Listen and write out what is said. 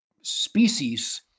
species